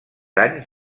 anys